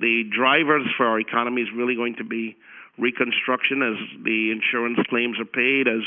the drivers for our economy is really going to be reconstruction, as the insurance claims are paid, as